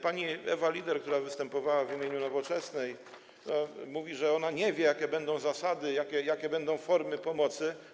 Pani Ewa Lieder, która występowała w imieniu Nowoczesnej, mówi, że ona nie wie, jakie będą zasady, jakie będą formy pomocy.